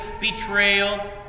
betrayal